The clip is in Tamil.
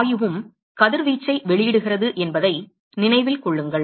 வாயுவும் கதிர்வீச்சை வெளியிடுகிறது என்பதை நினைவில் கொள்ளுங்கள்